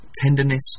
tenderness